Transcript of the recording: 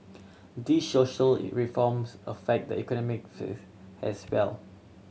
these social reforms affect the economic face as well